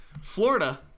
Florida